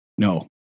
No